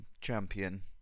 champion